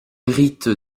hérite